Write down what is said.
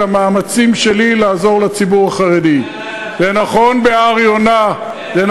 אבל אני שמעתי אותך ואני עונה לך,